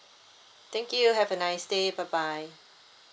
thank you have a nice day bye bye